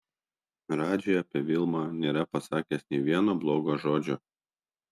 radži apie vilmą nėra pasakęs nė vieno blogo žodžio